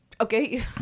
okay